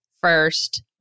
first